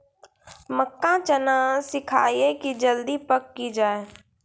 मक्का चना सिखाइए कि जल्दी पक की जय?